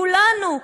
כולנו,